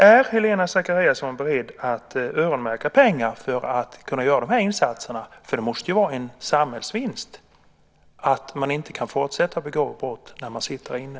Är Helena Zakariasén beredd att öronmärka pengar för att kunna göra dessa insatser? Det måste ju vara en samhällsvinst att man inte kan fortsätta att begå brott när man sitter inne.